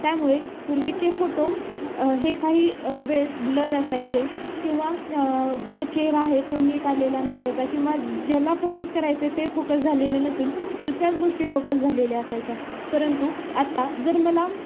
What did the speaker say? त्यामुळे पूर्वीचे फोटो हे काही वेळेस ब्लर असायचे किंवा जो चेहरा आहे तो नीट आलेला नसायचा किंवा ज्याला फोकस करायचा आहे ते फोकस झालेले नसून दुसऱ्याच गोष्टी फोकस झालेल्या असायच्या परंतु आता जर मला